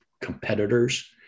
competitors